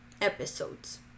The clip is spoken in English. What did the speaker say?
episodes